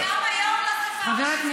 היא גם היום לא שפה רשמית.